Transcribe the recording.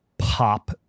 Pop